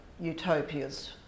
utopias